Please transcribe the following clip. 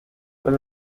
will